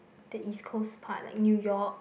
the east coast part like New York